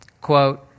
quote